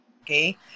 okay